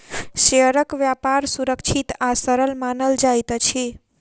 शेयरक व्यापार सुरक्षित आ सरल मानल जाइत अछि